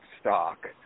stock